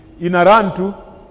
inarantu